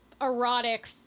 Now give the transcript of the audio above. erotic